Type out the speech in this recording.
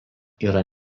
yra